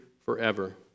forever